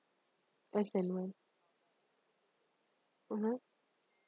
as and when mmhmm